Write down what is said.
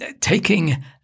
taking